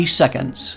seconds